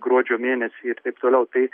gruodžio mėnesį ir taip toliau tai